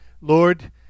Lord